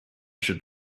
should